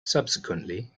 subsequently